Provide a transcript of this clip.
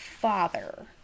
father